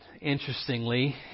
Interestingly